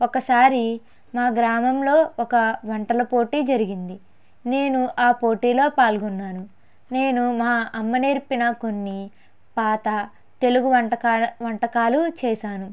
ఒక సారి మా గ్రామంలో ఒక వంటల పోటీ జరిగింది నేను ఆ పోటీలో పాల్గొన్నాను నేను మా అమ్మ నేర్పిన కొన్ని పాత తెలుగు వంటకాల్ వంటకాలు చేసాను